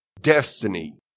destiny